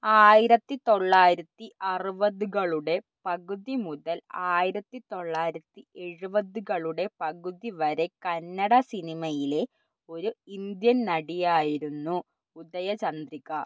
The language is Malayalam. ആയിരത്തി തൊള്ളായിരത്തി അറുപതുകളുടെ പകുതി മുതൽ ആയിരത്തി തൊള്ളായിരത്തി എഴുപതുകളുടെ പകുതി വരെ കന്നഡ സിനിമയിലെ ഒരു ഇന്ത്യൻ നടിയായിരുന്നു ഉദയ ചന്ദ്രിക